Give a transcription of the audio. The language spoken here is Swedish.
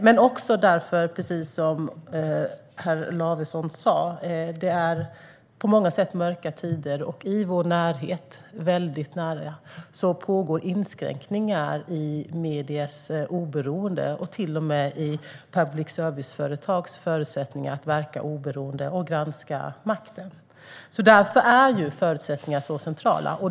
Men precis som herr Lavesson också sa är det på många sätt mörka tider, och i vår närhet pågår inskränkningar i mediers oberoende och till och med i public service-företags förutsättningar att verka oberoende och granska makten. Därför är förutsättningarna så centrala.